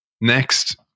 Next